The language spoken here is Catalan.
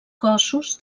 cossos